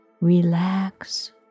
Relax